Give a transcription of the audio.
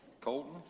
Colton